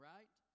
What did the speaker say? Right